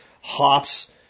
hops